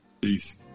Peace